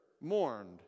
mourned